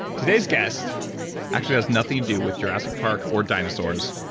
today's guest actually has nothing to do with jurassic park or dinosaurs.